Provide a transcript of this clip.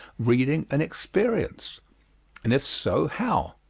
reading, and experience? and if so, how?